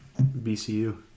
BCU